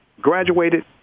Graduated